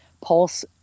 pulse